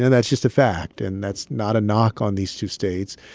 and that's just a fact. and that's not a knock on these two states.